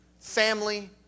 family